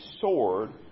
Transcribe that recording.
sword